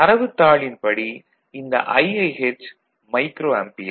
தரவுத்தாளின்படி இந்த IIH micro ampere